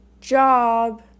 job